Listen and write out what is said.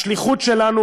השליחות שלנו,